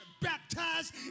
baptized